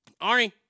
Arnie